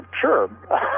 sure